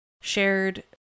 shared